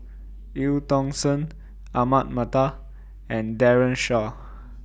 EU Tong Sen Ahmad Mattar and Daren Shiau